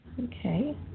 Okay